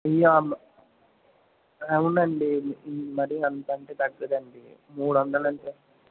వెయ్యా అవునండీ మరీ అంత అంటే తగ్గదు అండి మూడు వందలు అంటే